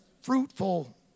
fruitful